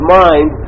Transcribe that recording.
mind